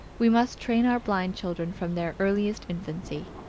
we must train our blind children from their earliest infancy.